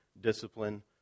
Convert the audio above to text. discipline